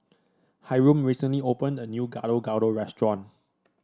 Hyrum recently opened a new Gado Gado restaurant